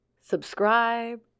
subscribe